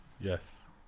Yes